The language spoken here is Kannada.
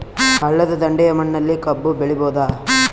ಹಳ್ಳದ ದಂಡೆಯ ಮಣ್ಣಲ್ಲಿ ಕಬ್ಬು ಬೆಳಿಬೋದ?